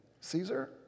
Caesar